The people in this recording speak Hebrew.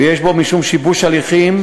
ויש בו משום שיבוש הליכים,